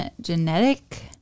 genetic